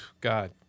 God